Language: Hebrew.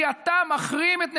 כי אתה מחרים את נתניהו,